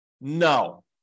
No